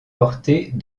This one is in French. portées